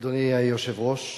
אדוני היושב-ראש,